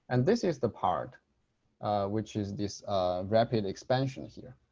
and this is the part which is this rapid expansion here.